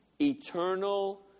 Eternal